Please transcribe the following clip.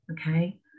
Okay